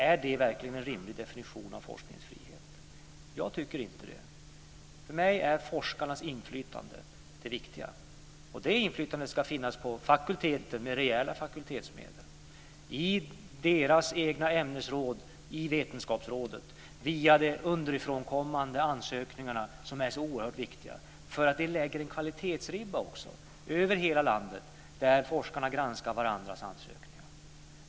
Är det verkligen en rimlig definition av forskningens frihet? Jag tycker inte det. För mig är forskarnas inflytande det viktiga. Det inflytandet ska finnas på fakulteten med rejäla fakultetsmedel, i fakulteternas egna ämnesråd och i Vetenskapsrådet via de underifrån kommande ansökningarna, som är så oerhört viktiga. Vi lägger också en kvalitetsribba över hela landet. Forskarna granskar varandras ansökningar.